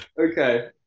okay